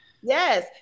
Yes